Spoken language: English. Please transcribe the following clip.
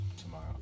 tomorrow